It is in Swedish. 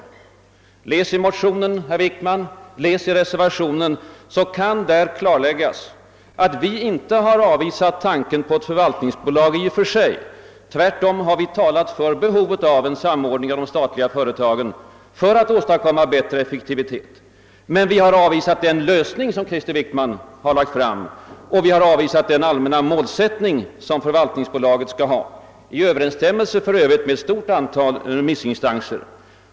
Men läs i motionen och reservationen, herr Wickman, ty då måste det stå klart att vi inte i och för sig avvisar tanken på ett förvaltningsbolag utan tvärtom talar om behovet av en samordning av de statliga företagen för att man skall kunna uppnå större effektivitet. Vi har emellertid avvisat den lösning Krister Wickman föreslagit liksom de allmänna målen för förvaltningsbolaget, för Övrigt i överensstämmelse med ett stort antal remissinstanser.